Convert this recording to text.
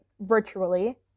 virtually